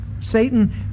Satan